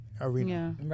arena